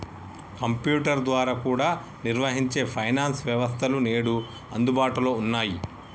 computer ద్వారా కూడా నిర్వహించే ఫైనాన్స్ వ్యవస్థలు నేడు అందుబాటులో ఉన్నయ్యి